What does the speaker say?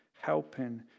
helping